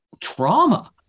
trauma